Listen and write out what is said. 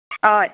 হয়